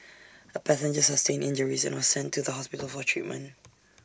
A passenger sustained injuries and was sent to the hospital for treatment